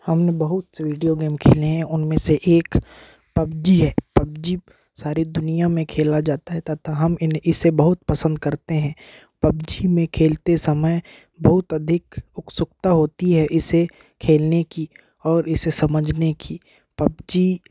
हमने बहुत से वीडियो गेम खेले हैं उनमें से एक पब्जी है पब्जी सारी दुनिया में खेला जाता है तथा हम इन इसे बहुत पसंद करते हैं पब्जी में खेलते समय बहुत अधिक उत्सुकता होती है इसे खेलने की और इसे समझने की पब्जी